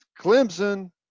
Clemson